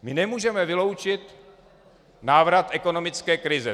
My nemůžeme vyloučit návrat ekonomické krize.